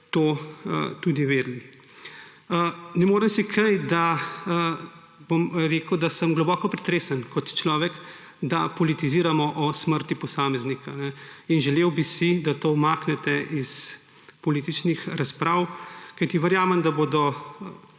to tudi vedeli. Ne morem si kaj, da bom rekel, da sem globoko pretresen kot človek, da politiziramo o smrti posameznika. Želel bi si, da to umaknete iz političnih razprav. Kajti verjamem, da bodo